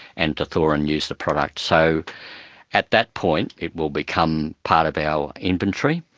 and to thaw and use the product. so at that point it will become part of our inventory.